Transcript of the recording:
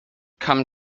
come